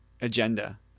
agenda